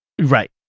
Right